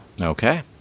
okay